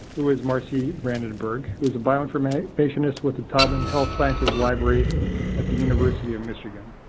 who is marci brandenburg is a bioinformatics informationist with the taubman health sciences library at the university of michigan.